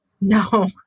No